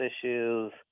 issues